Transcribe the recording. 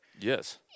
Yes